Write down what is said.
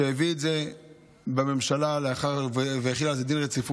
שהביא את זה לממשלה והחיל על זה דין רציפות,